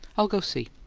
i'll go see.